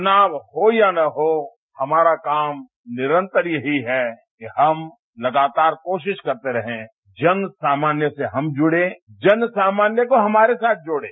चुनाव हो या न हो हमारा काम निरंतर यही है कि हम लगातार कोशिश करते रहे जन सामान्ये से हम जुड़े जन सामान्य को हमारे साथ जोड़े